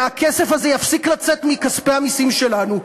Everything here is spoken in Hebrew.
והכסף הזה יפסיק לצאת מכספי המסים שלנו,